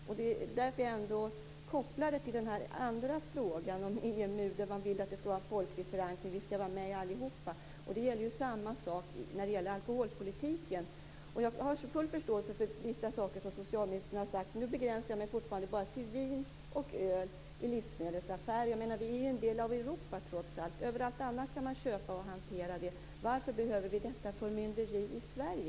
Jag kopplar därför ihop detta med EMU frågan, där man vill att det skall finnas en folklig förankring och att allihop skall vara med. Samma sak borde gälla beträffande alkoholpolitiken. Jag har full förståelse för vissa saker som socialministern har sagt. Jag begränsar mig fortfarande till vin och öl i livsmedelsaffärer. Vi är trots allt en del av Europa. Överallt annars kan man hantera detta. Varför behöver vi detta förmynderi just i Sverige?